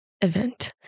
event